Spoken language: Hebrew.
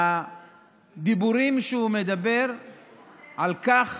והדיבורים שהוא מדבר על כך